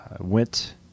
went